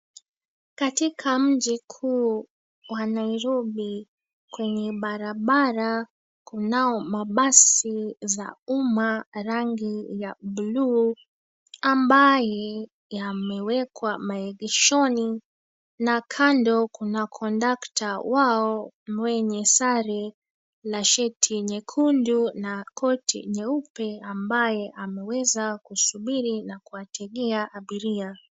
Katika mji kuu wa Nairobi kwenye barabara, kunao mabasi za umma rangi ya buluu ambaye yamewekwa maegeshoni na kando kuna kondakta wao mwenye sare la shati nyekundu na koti nyeupe ambaye ameweza kusubiri na kuwategea abiria.